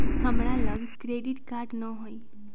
हमरा लग credit card नऽ हइ